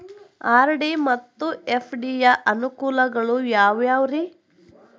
RD ಮತ್ತು FD ಯ ಅನುಕೂಲಗಳು ಯಾವ್ಯಾವುರಿ?